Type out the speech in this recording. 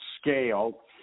scale